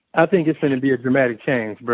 i think it's finna be a dramatic change, but